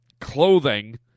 clothing